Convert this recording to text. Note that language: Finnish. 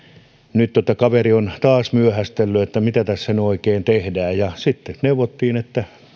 nyt kaveri on taas myöhästellyt että mitä tässä nyt oikein tehdään sitten neuvottiin